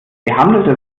behandeltes